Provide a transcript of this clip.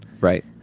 Right